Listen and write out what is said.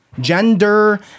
gender